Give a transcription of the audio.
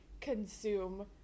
consume